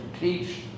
teach